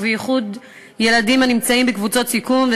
ובייחוד ילדים הנמצאים בקבוצות סיכון,